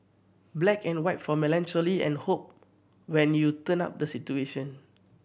black and white for melancholy and hope when you turn up the saturation